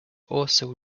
also